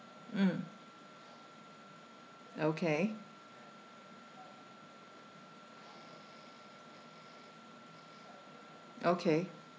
mm okay okay